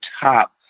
top